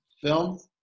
film